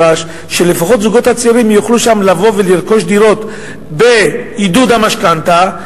שלפחות הזוגות הצעירים יוכלו שם לרכוש דירות בעידוד המשכנתה.